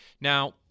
Now